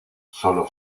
sólo